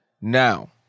Now